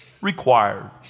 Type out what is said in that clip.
required